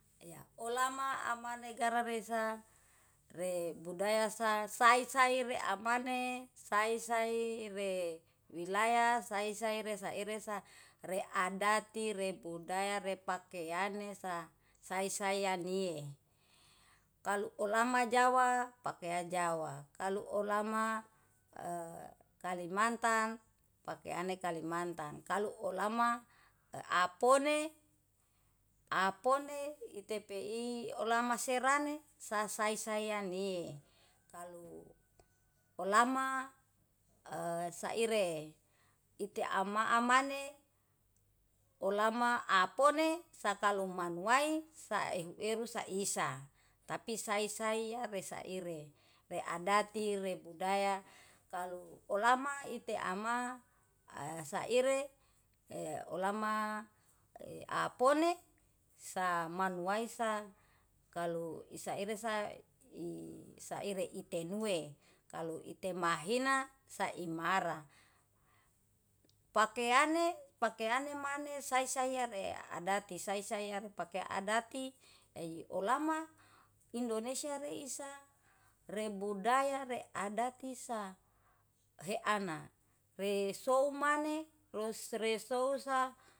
Ea olama amane gararesa re budaya sa sair-saire amane sair-saire wilayah sair-siare saire sa readati, rebudaya, repakeane sa sai saiyanie. Kalu olama jawa pakea jawa, kalau olama kalimantan pakiane kalimantan, kalu ulama apone apone itepee olama serane sasai saiyanie. Kalu olama e saire ite ama amane olama apone sakalu manuawai saiehueru saisa, tapi sai-sai ya isaire readati, rebudaya, kalu olama ite ama a saire olama apone samanuwai sa kalu isaire sa i saire itenue. Kalu itemahina saimara, pakiane pakiane maneh saisaire adati, saisaire pake adati jadi olama indonesia reisa rebudaya, readati sa heana resou maneh resou sa.